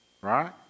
right